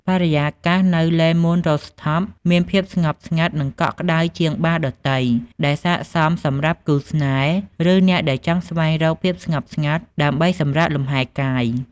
បរិយាកាសនៅ លេ មូន រូហ្វថប (Le Moon Rooftop) មានភាពស្ងប់ស្ងាត់ និងកក់ក្ដៅជាងបារដទៃ ដែលស័ក្តិសមសម្រាប់គូស្នេហ៍ ឬអ្នកដែលចង់ស្វែងរកភាពស្ងប់ស្ងាត់ដើម្បីសម្រាកលំហែកាយ។